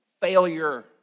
Failure